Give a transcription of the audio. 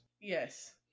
Yes